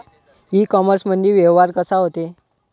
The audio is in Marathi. इ कामर्समंदी व्यवहार कसा होते?